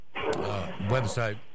website